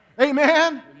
Amen